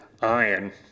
iron